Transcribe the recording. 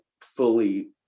fully